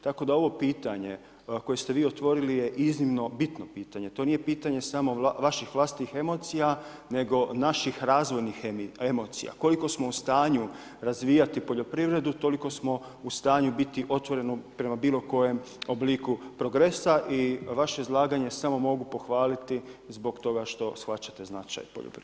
Tako da je ovo pitanje koje ste vi otvorili je iznimno bitno pitanje, to nije pitanje samo vaših vlastitih emocija nego naših razvojnih emocija, koliko smo u stanju razvijati poljoprivredu, toliko smo u stanju biti otvoreni prema bilo kojem obliku progresa i vaše izlaganje samo mogu pohvaliti zbog toga što shvaćate značaj poljoprivrede.